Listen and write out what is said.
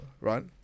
right